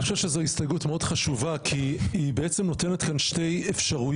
אני חושב שזו הסתייגות מאוד חשובה כי היא נותנת כאן שתי אפשרויות.